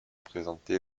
présentés